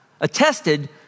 attested